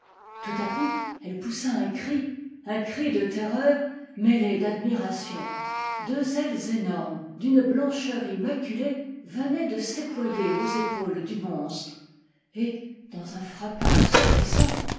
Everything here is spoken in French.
tout à coup elle poussa un cri un cri de terreur mêlée d'admiration deux ailes énormes d'une blancheur immaculée venaient de s'éployer aux épaules du monstre et dans un fracas assourdissant